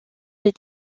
des